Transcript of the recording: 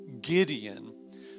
Gideon